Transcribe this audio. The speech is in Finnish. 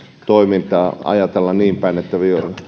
toimintaa voi ajatella niin päin että